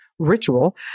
ritual